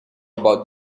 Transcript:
about